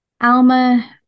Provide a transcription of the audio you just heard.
Alma